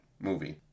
movie